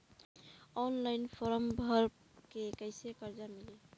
Online form भर के कैसे कर्जा मिली?